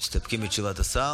מסתפקים בתשובת השר?